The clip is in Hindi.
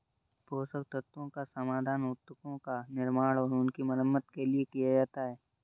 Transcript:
पोषक तत्वों का समाधान उत्तकों का निर्माण और उनकी मरम्मत के लिए किया जाता है